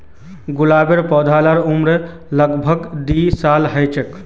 गुलाबेर पौधार उम्र लग भग दी साल ह छे